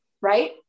right